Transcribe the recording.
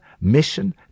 mission